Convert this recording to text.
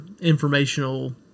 informational